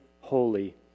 holy